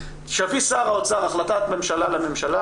שיביא שר האוצר החלטת ממשלה לממשלה